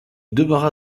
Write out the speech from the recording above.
demeura